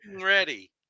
ready